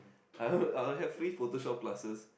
I heard I will have free photo shop classes